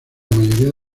mayoría